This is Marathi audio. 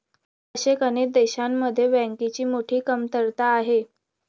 तसेच अनेक देशांमध्ये बँकांची मोठी कमतरता आहे